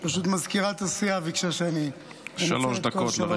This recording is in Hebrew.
פשוט מזכירת הסיעה ביקשה שאנצל את כל שלוש הדקות.